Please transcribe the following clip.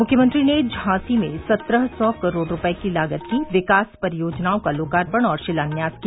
मुख्यमंत्री ने झांसी में सत्रह सौ करोड़ रूपये की लागत की विकास परियोजनाओं का लोकार्पण और शिलान्यास किया